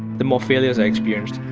the more failures i experienced,